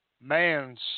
man's